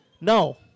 No